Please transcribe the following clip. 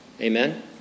Amen